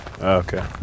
okay